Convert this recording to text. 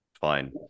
fine